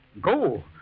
Go